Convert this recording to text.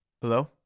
Hello